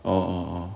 orh